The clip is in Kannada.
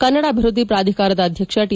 ಕನ್ನಡ ಅಭಿವೃದ್ಧಿ ಪ್ರಾಧಿಕಾರದ ಅಧ್ಯಕ್ಷ ಟಿ